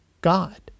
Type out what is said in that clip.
God